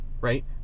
right